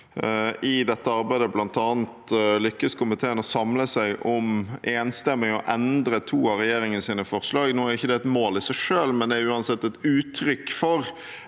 i dette arbeidet bl.a. lyktes komiteen å samle seg om enstemmig å endre to av regjeringens forslag. Nå er ikke det et mål i seg selv, men det er uansett et uttrykk for